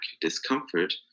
discomfort